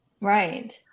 right